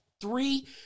Three